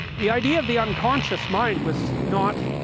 the idea of the unconscious mind was not